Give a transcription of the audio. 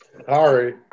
Sorry